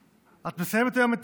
את מסיימת היום את